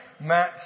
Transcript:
Matt